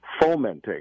fomenting